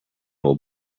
will